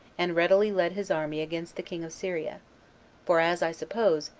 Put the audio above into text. and readily led his army against the king of syria for, as i suppose,